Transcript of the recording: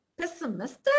pessimistic